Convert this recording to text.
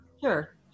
Sure